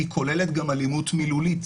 היא כוללת גם אלימות מילולית,